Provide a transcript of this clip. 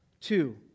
Two